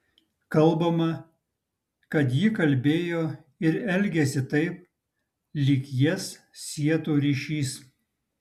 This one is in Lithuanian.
kalbama kad ji kalbėjo ir elgėsi taip lyg jas sietų ryšys